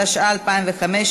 התשע"ה 2015,